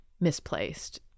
misplaced